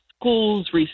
schools